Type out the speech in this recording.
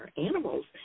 animals